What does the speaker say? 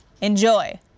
Enjoy